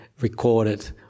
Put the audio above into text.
recorded